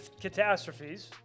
catastrophes